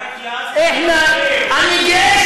אתה רק